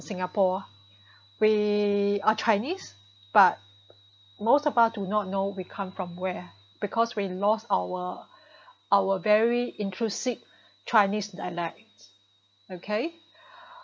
singapore we are Chinese but most of us do not know we come from where because we lost our our very intrusive Chinese dialect okay